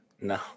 No